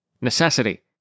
necessity